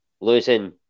losing